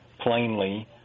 plainly